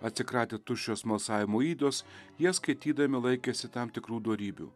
atsikratę tuščio smalsavimo ydos jie skaitydami laikėsi tam tikrų dorybių